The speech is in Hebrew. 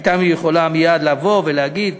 עליהם היא יכולה מייד לבוא ולהגיד,